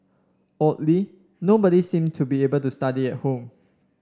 oddly nobody seemed to be able to study at home